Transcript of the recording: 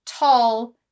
tall